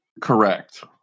Correct